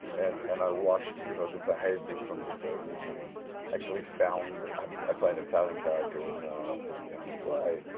and, and i watched you know, the behavior from the thirty s and actually found um a. i play an italian character in the in the play.